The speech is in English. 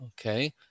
Okay